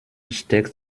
steckt